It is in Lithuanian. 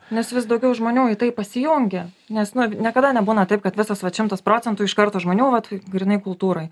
nes vis daugiau žmonių į tai pasijungia nes nu niekada nebūna taip kad visas vat šimtas procentų iš karto žmonių vat grynai kultūroj